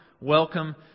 welcome